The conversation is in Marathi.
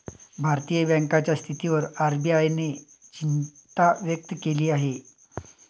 भारतीय बँकांच्या स्थितीवर आर.बी.आय ने चिंता व्यक्त केली आहे